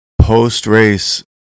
post-race